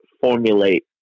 Formulate